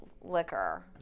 liquor